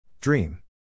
Dream